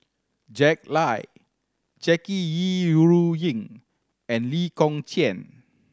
Jack Lai Jackie Yi Ru Ying and Lee Kong Chian